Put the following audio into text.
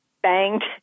banged